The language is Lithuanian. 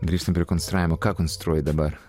grįžtam prie konstravimo ką konstruoji dabar